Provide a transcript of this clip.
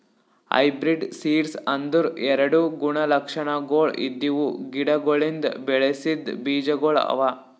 hybrid seeds ಅಂದುರ್ ಎರಡು ಗುಣ ಲಕ್ಷಣಗೊಳ್ ಇದ್ದಿವು ಗಿಡಗೊಳಿಂದ್ ಬೆಳಸಿದ್ ಬೀಜಗೊಳ್ ಅವಾ